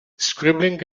scribbling